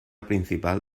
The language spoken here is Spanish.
principal